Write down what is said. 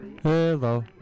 Hello